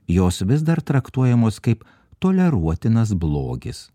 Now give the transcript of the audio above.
jos vis dar traktuojamos kaip toleruotinas blogis